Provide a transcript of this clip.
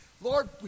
Lord